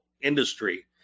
industry